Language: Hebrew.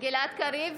גלעד קריב,